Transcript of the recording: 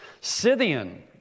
Scythian